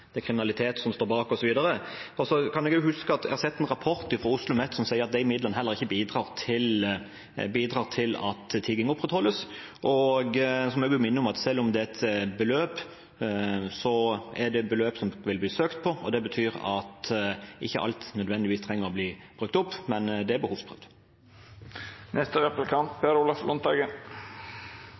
kriminalitet som står bak, osv. – kan jeg huske å ha sett en rapport fra OsloMet som sier at de midlene heller ikke bidrar til at tigging opprettholdes. Jeg må også minne om at selv om det er et beløp, er det et beløp det vil bli søkt på. Det betyr at alt ikke nødvendigvis trenger å bli brukt opp, men det er